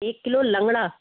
एक किलो लंगड़ा